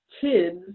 kids